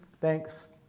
thanks